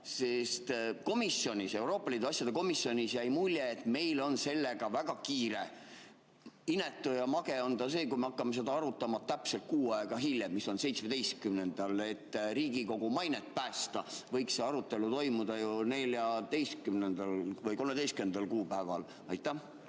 sest Euroopa Liidu asjade komisjonis jäi mulje, et meil on sellega väga kiire. Inetu ja mage on see, kui me hakkame seda arutama täpselt kuu aega hiljem, 17-ndal. Et Riigikogu mainet päästa, võiks see arutelu toimuda ju 13. kuupäeval. 17.